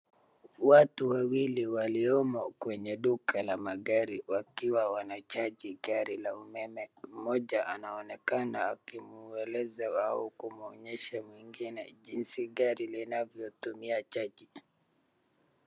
Wagu wawili waliomo kwenye duka la magari wakiwa wanacharge gari la umeme. Mmoja anaonekana akimueleza au kumuonyesha mwingine jinsi gari linavyotumia charge .